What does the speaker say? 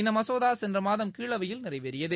இந்த மசோதா சென்ற மாதம் கீழவையில் நிறைவேறியது